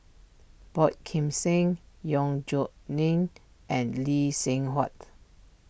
Boey Kim Yong Lin and Lee Seng Huat